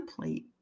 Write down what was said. template